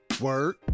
Word